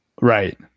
right